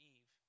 Eve